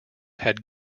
had